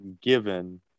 given